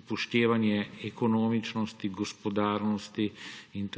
upoštevanje ekonomičnosti, gospodarnosti in